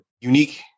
unique